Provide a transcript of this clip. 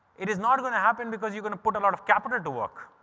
it is not going to happen because you're going to put a lot of capital to work.